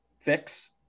fix